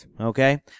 okay